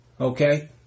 okay